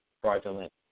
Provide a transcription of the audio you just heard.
fraudulent